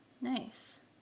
Nice